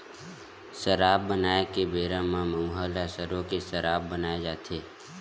सराब बनाए के बेरा म मउहा ल सरो के सराब बनाए जाथे